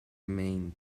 main